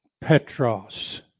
Petros